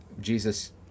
Jesus